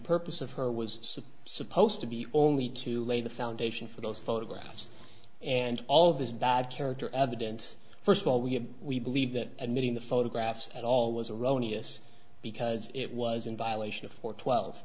purpose of her was supposed to be only to lay the foundation for those photographs and all of this bad character evidence first of all we we believe that admitting the photographs at all was erroneous because it was in violation of for twelve